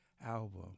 album